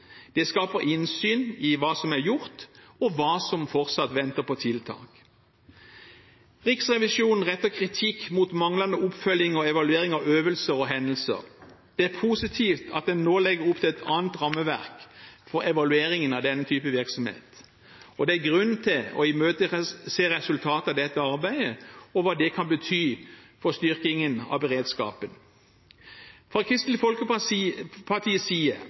Det skaper innsyn i hva som er gjort, og hva som fortsatt venter på tiltak. Riksrevisjonen retter kritikk mot manglende oppfølging og evaluering av øvelser og hendelser. Det er positivt at en nå legger opp til et annet rammeverk for evalueringen av denne type virksomhet, og det er grunn til å imøtese resultatet av dette arbeidet og hva det kan bety for styrkingen av beredskapen. Fra Kristelig Folkepartis side